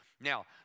Now